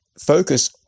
focus